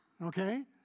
Okay